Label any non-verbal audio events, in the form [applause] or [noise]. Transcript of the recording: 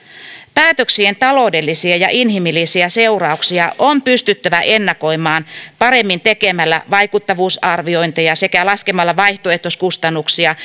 päätöksien taloudellisia ja inhimillisiä seurauksia on pystyttävä ennakoimaan paremmin tekemällä vaikuttavuusarviointeja sekä laskemalla vaihtoehtoiskustannuksia [unintelligible]